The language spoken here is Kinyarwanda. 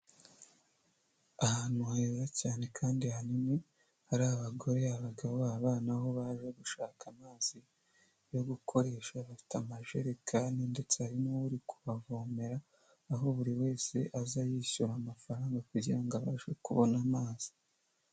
Ahantu hera cyane kandi hanini hari abagore, abagabo n’abana aho baje gushaka amazi yo gukoresha bafite amajerekani ndetse hari n’uri kubavomera aho buri wese aza yishyura amafaranga kugira ngo abashe kubona amazi.